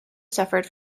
suffered